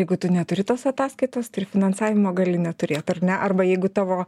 jeigu tu neturi tos ataskaitos tai ir finansavimo gali neturėt ar ne arba jeigu tavo